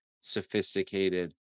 sophisticated